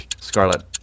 Scarlet